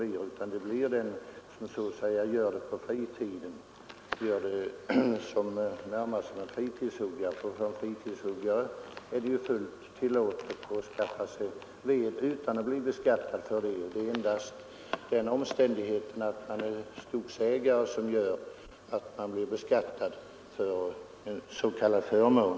I stället hugger man sådan här ved på sin fritid, närmast som fritidshuggare — och för en sådan är det fullt tillåtet att skaffa sig ved utan att bli beskattad för det. Det är endast den omständigheten att man är skogsägare som gör att man beskattas för en s.k. förmån.